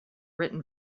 written